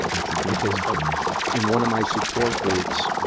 it's a good good in one of my support groups, ah,